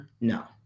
no